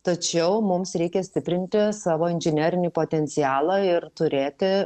tačiau mums reikia stiprinti savo inžinerinį potencialą ir turėti